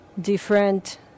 different